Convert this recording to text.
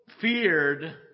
feared